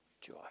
Joy